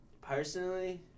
Personally